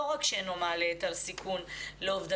לא רק שאינו מעלה את הסיכון לאובדנות,